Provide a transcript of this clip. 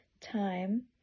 time